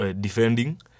defending